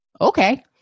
okay